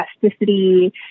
plasticity